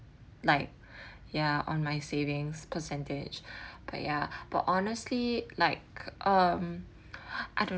like ya on my savings percentage but ya but honestly like um I don't